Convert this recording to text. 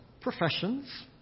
professions